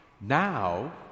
Now